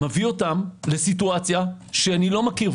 מביא אותם לסיטואציה שאני לא מכיר,